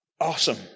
Awesome